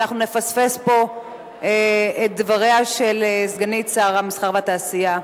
אנחנו נפספס פה את דבריה של סגנית שר המסחר והתעשייה.